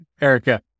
Erica